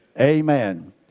Amen